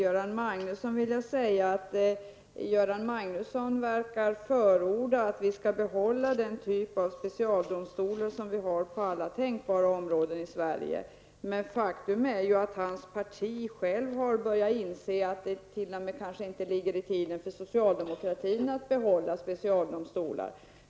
Fru talman! Göran Magnusson verkar förorda att vi skall behålla den typ av specialdomstolar som vi har på alla tänkbara områden i Sverige. Faktum är emellertid att även hans parti börjat inse att det inte ens för socialdemokratin ligger i tiden att behålla specialdomstolar.